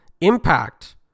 impact